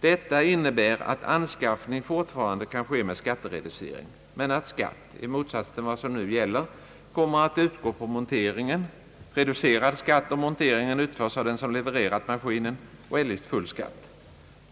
Detta innebär att anskaffning fortfarande kan ske med skattereducering, men att skatt i motsats till vad som nu gäller kommer att utgå på monteringen, reducerad skatt om monteringen utföres av den som levererat maskinen och eljest full skatt.